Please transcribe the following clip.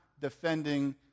defending